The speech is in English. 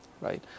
right